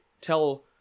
tell